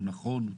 נכון,